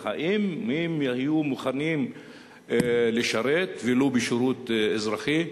האם יהיו מוכנים לשרת ולו בשירות אזרחי?